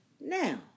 Now